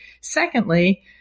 Secondly